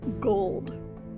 gold